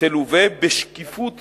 תלווה בשקיפות